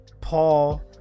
Paul